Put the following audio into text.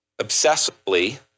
obsessively